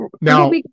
Now